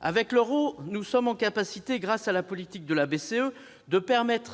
Avec l'euro, et grâce à la politique de la BCE, nous permettons